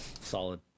Solid